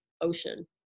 ocean